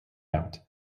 out